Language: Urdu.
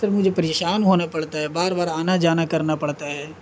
سر مجھے پریشان ہونا پڑتا ہے بار بار آنا جانا کرنا پڑتا ہے